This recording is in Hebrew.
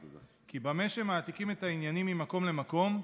כי במה שמעתיקים את העניינים ממקום למקום,